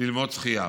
ללמוד שחייה.